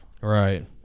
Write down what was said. right